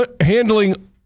Handling